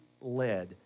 led